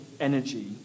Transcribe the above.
energy